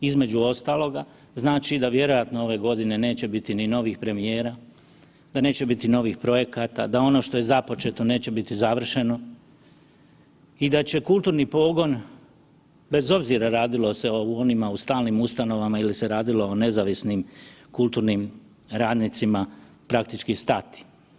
Između ostaloga znači da vjerojatno ove godine neće biti ni novih premijera, da neće biti novih projekata, da ono što je započeto neće biti završeno i da će kulturni pogon, bez obzira radilo se o onima u stalnim ustanovama ili se radilo o nezavisnim kulturnim radnicima, praktički stati.